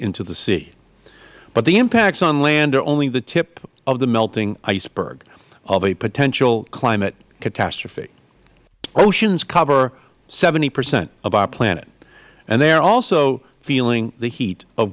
into the sea but the impacts on land are only the tip of the melting iceberg of a potential climate catastrophe oceans cover seventy percent of our planet and they are also feeling the heat of